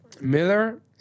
Miller